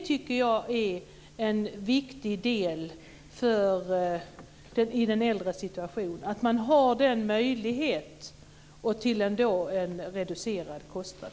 Det är en viktig del i den äldres situation, nämligen att ha en möjlighet till reducerad kostnad.